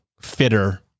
fitter